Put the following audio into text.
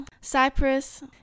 cyprus